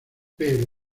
pero